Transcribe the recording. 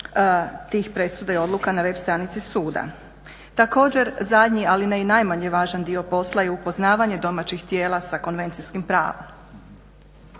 tih presuda i odluka na web stranici suda. Također zadnji ali ne i najmanje važan dio posla je upoznavanje domaćih tijela sa konvencijskim pravom.